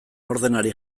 ordenari